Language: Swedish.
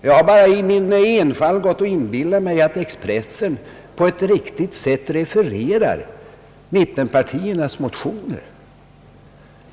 Jag har bara i min enfald gått och inbillat mig att Expressen på ett riktigt sätt refererar mittenpartiernas motioner.